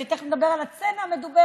תכף נדבר על הסצנה המדוברת,